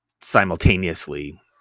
simultaneously